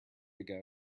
ago